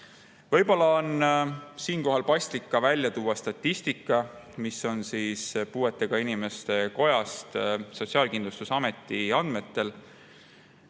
Võib-olla on siinkohal paslik välja tuua statistika, mis on pärit puuetega inimeste kojast Sotsiaalkindlustusameti andmetel